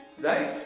Right